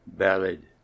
Ballad